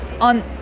on